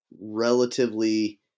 relatively